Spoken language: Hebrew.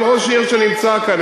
כל ראש עיר שנמצא כאן,